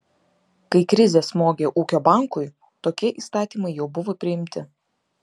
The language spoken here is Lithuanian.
kai krizė smogė ūkio bankui tokie įstatymai jau buvo priimti